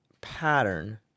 pattern